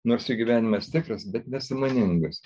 nors jų gyvenimas tikras bet nesąmoningas